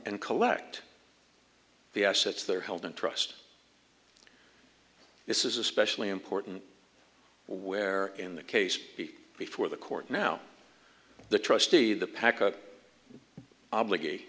and collect the assets they're held in trust this is especially important where in the case before the court now the trustee the packet obligat